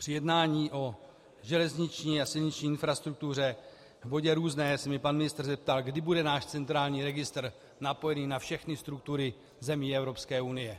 Při jednání o železniční a silniční infrastruktuře v bodě různé se mě pan ministr zeptal, kdy bude náš centrální registr napojený na všechny struktury zemí Evropské unie.